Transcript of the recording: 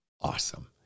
awesome